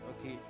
okay